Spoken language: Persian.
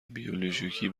بیولوژیکی